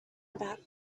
about